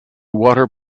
water